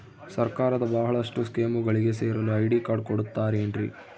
ಸರ್ಕಾರದ ಬಹಳಷ್ಟು ಸ್ಕೇಮುಗಳಿಗೆ ಸೇರಲು ಐ.ಡಿ ಕಾರ್ಡ್ ಕೊಡುತ್ತಾರೇನ್ರಿ?